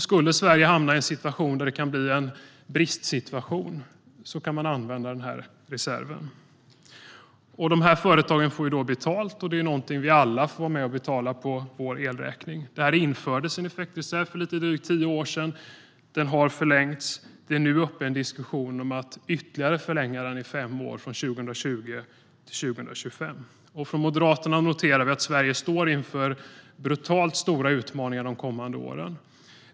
Skulle Sverige hamna i ett läge där det kan uppstå en bristsituation kan man använda denna reserv. Dessa företag får betalt, och det är något vi alla får vara med och betala på vår elräkning. En effektreserv infördes för lite drygt tio år sedan. Den har förlängts. Det är nu aktuellt med en diskussion om att ytterligare förlänga den i fem år från 2020 till 2025. I Moderaterna noterar vi att Sverige står inför brutalt stora utmaningar de kommande åren.